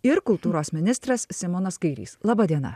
ir kultūros ministras simonas kairys laba diena